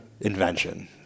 invention